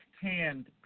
hand